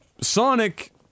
Sonic